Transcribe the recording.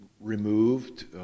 removed